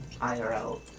IRL